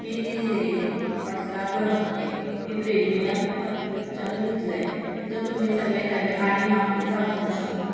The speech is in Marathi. मी ती सिरीज हॉटस्टारवर बघते मी प्रीमियम सबक्रिप्शन घेतलं आहे तिथं तुम्ही सगळे नवे आणि मागचे भाग बघू शकता